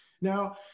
Now